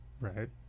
right